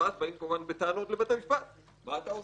ואז באים בטענות לבית משפט: מה אתה עושה?